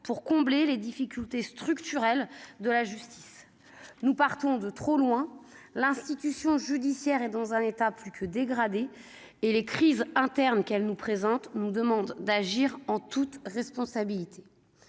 pour combler les difficultés structurelles de la justice, car nous partons de trop loin. L'institution judiciaire est dans un état plus que dégradé, et les crises internes qu'elle subit exigent que nous agissions en responsabilité.